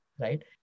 right